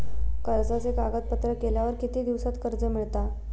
कर्जाचे कागदपत्र केल्यावर किती दिवसात कर्ज मिळता?